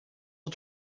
are